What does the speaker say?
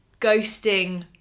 ghosting